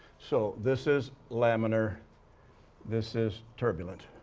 so, this is laminar this is turbulent.